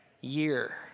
year